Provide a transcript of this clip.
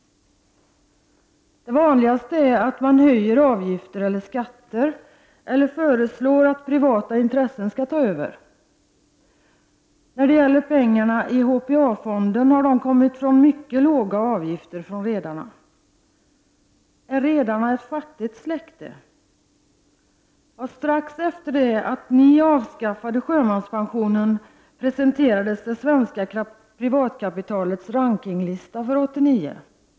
Det vanligaste är att man höjer avgifter eller skatter eller föreslår att privata intressen skall ta över. Pengarna i HPA-fonden har kommit från mycket låga avgifter från redarna. Är redarna ett fattigt släkte? Strax efter det att ni avskaffade sjömanspensionen presenterades det svenska privatkapitalets rankinglista för 1989.